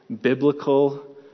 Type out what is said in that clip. biblical